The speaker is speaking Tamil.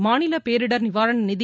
மாநில பேரிடர் நிவாரண நிதி